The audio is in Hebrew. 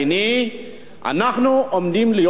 אנחנו עומדים להיות כאילו מושמדים.